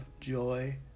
joy